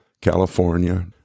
California